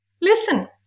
Listen